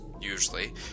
usually